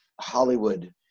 Hollywood